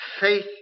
faith